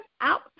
out